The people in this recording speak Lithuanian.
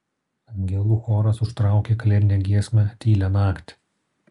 angelų choras užtraukė kalėdinę giesmę tylią naktį